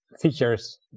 features